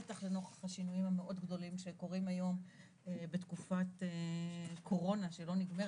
בטח לנוכח השינויים המאוד גדולים שקורים היום בתקופת קורונה שלא נגמרת.